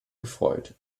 gefreut